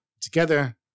Together